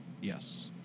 Yes